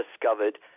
discovered